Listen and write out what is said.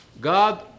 God